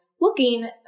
looking